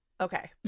okay